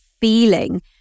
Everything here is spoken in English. feeling